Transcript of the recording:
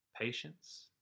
patience